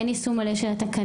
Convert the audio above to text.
אין יישום מלא של התקנות.